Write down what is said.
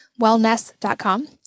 wellness.com